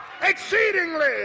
exceedingly